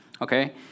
okay